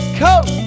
coat